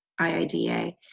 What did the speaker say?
IIDA